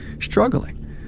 struggling